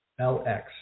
LX